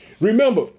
remember